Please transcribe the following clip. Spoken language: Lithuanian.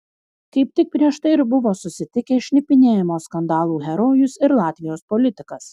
kaip tik prieš tai ir buvo susitikę šnipinėjimo skandalų herojus ir latvijos politikas